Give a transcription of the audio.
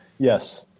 Yes